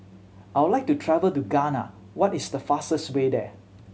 I would like to travel to Ghana What is the fastest way there